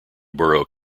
borough